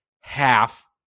half